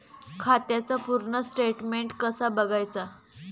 खात्याचा पूर्ण स्टेटमेट कसा बगायचा?